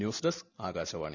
news desk Akashvani